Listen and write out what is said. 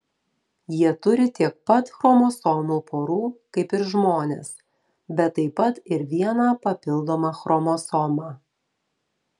jie turi tiek pat chromosomų porų kaip ir žmonės bet taip pat ir vieną papildomą chromosomą